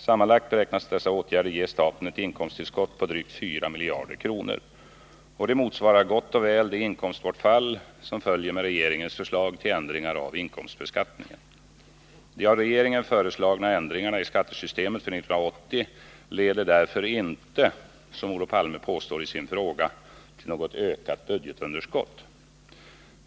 Sammanlagt beräknas dessa åtgärder ge staten ett inkomsttillskott på drygt 4 miljarder kronor. Det motsvarar gott och väl det inkomstbortfall, som följer med regeringens förslag till ändringar av inkomstbeskattningen. De av regeringen föreslagna ändringarna i skattesystemet för 1980 leder därför inte — som Olof Palme påstår i sin fråga — till något ökat budgetunderskott.